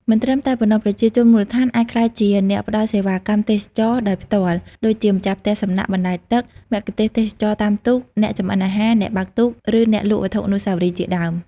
មិនត្រឹមតែប៉ុណ្ណោះ ប្រជាជនមូលដ្ឋានអាចក្លាយជាអ្នកផ្ដល់សេវាកម្មទេសចរណ៍ដោយផ្ទាល់ ដូចជាម្ចាស់ផ្ទះសំណាក់បណ្ដែតទឹក មគ្គុទ្ទេសក៍ទេសចរណ៍តាមទូក អ្នកចម្អិនអាហារ អ្នកបើកទូក ឬអ្នកលក់វត្ថុអនុស្សាវរីយ៍ជាដើម។